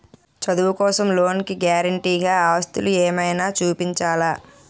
చదువు కోసం లోన్ కి గారంటే గా ఆస్తులు ఏమైనా చూపించాలా?